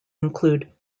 include